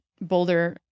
Boulder